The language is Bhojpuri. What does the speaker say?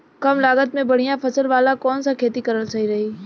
कमलागत मे बढ़िया फसल वाला कौन सा खेती करल सही रही?